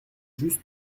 juste